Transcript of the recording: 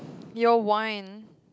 your wine